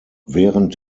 während